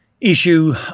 issue